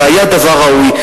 זה היה דבר ראוי.